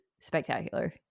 spectacular